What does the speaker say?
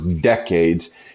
decades